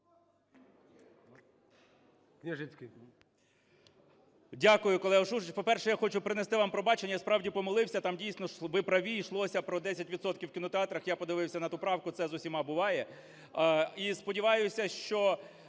Дякую, колега Шуфрич. По-перше, я хочу принести вам пробачення. Я справді помилився. Там дійсно, ви праві, йшлося про 10 відсотків в кінотеатрах. Я подивився на ту правку, це з усіма буває. І сподіваюся, що